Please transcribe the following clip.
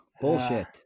Bullshit